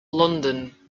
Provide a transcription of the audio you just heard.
london